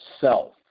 self